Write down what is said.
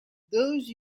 those